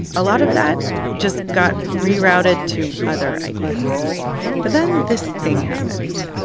a lot of that just got rerouted to other ideas but then this thing happened.